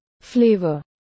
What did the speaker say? Flavor